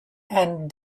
and